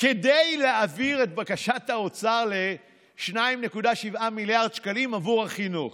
כדי להעביר את בקשת האוצר ל-2.7 מיליארד שקלים עבור החינוך,